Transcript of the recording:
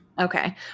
Okay